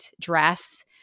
dress